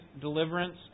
deliverance